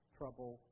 trouble